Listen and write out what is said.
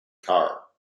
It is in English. car